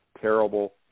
terrible